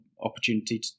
opportunity